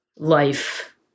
life